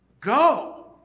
go